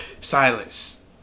Silence